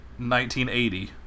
1980